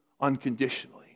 unconditionally